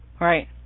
Right